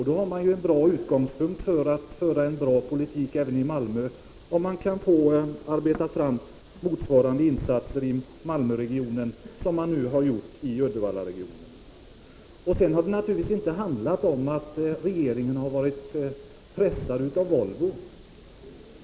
Då har man ett bra utgångsläge för att kunna föra en bra politik även i Malmö, och man kan arbeta fram motsvarande insatser i Malmöregionen som man har gjort i Uddevallaregionen. Naturligtvis har det inte handlat om att regeringen har varit pressad av Volvo.